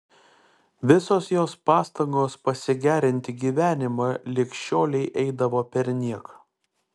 visos jos pastangos pasigerinti gyvenimą lig šiolei eidavo perniek